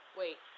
wait